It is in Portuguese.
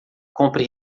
compre